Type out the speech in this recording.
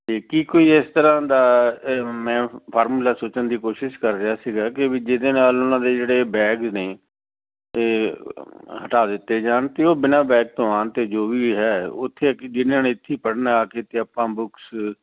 ਇਹ ਕੀ ਕੋਈ ਇਸ ਤਰ੍ਹਾਂ ਦਾ ਮੈਂ ਫਾਰਮੂਲਾ ਸੋਚਣ ਦੀ ਕੋਸ਼ਿਸ਼ ਕਰ ਰਿਹਾ ਸੀਗਾ ਕਿ ਵੀ ਜਿਹਦੇ ਨਾਲ ਉਹਨਾਂ ਦੇ ਜਿਹੜੇ ਬੈਗ ਨੇ ਅਤੇ ਹਟਾ ਦਿੱਤੇ ਜਾਣ ਅਤੇ ਉਹ ਬਿਨਾਂ ਬੈਗ ਤੋਂ ਆਉਣ ਅਤੇ ਜੋ ਵੀ ਹੈ ਉੱਥੇ ਜਿਹਨਾਂ ਨੇ ਇੱਥੇ ਪੜ੍ਹਨਾ ਆ ਕੇ ਇੱਥੇ ਆਪਾਂ ਬੁਕਸ